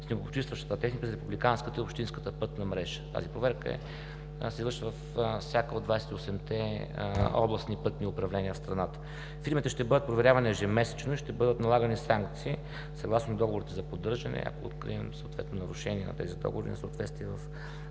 снегопочистващата техника за републиканската и общинската пътна мрежа. Тази проверка се извършва във всяко от двадесет и осемте областни пътни управления в страната. Фирмите ще бъдат проверявани ежемесечно и ще бъдат налагани санкции съгласно договорите за поддържане, ако открием съответно нарушение на тази договори и несъответствие